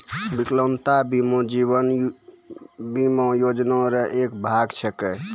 बिकलांगता बीमा जीवन बीमा योजना रो एक भाग छिकै